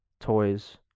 toys